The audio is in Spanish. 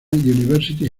university